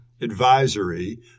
advisory